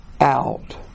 out